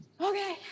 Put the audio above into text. Okay